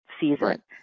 season